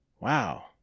Wow